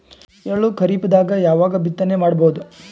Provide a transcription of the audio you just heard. ಎಳ್ಳು ಖರೀಪದಾಗ ಯಾವಗ ಬಿತ್ತನೆ ಮಾಡಬಹುದು?